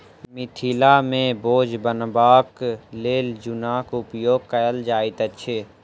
मिथिला मे बोझ बन्हबाक लेल जुन्नाक उपयोग कयल जाइत अछि